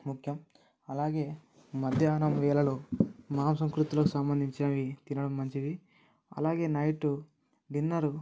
ముఖ్యం అలాగే మధ్యాహ్నం వేళలో మాంసకృత్తులకు సంబంధించినవి తినటం మంచిది అలాగే నైట్ డిన్నరు